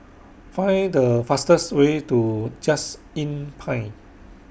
Find The fastest Way to Just Inn Pine